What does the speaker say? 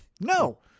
no